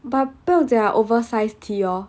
but 不用紧 lah oversized tee lor